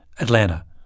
Atlanta